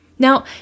Now